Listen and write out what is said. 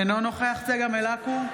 אינו נוכח צגה מלקו,